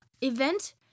event